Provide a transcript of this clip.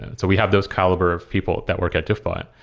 and so we have those caliber of people that work at diffbot.